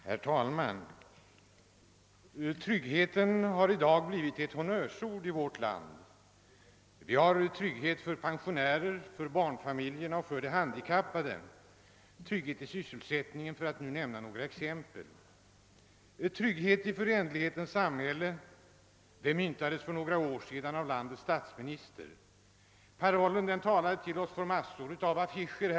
Herr talman! Tryggheten har i dag blivit ett honnörsord i vårt land. Vi har trygghet för folkpensionärerna, för barnfamiljerna, och för de handikappade, tryggheten i sysselsättningen för att nu nämna några exempel. Trygghet i föränderlighetens samhälle myntades för några år sedan av landets statsminister. Parollen talade till oss från massor av affischer.